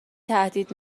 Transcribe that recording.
تهدید